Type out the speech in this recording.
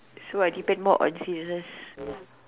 so I depend more on scissors